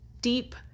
deep